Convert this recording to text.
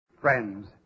Friends